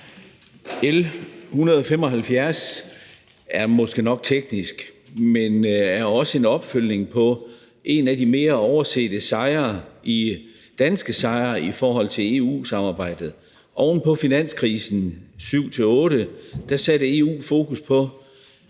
L 175 er måske nok teknisk, men er også en opfølgning på en af de mere oversete danske sejre i EU-samarbejdet. Oven på finanskrisen i 2007-2008 satte EU fokus på,